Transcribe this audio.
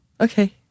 okay